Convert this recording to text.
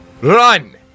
run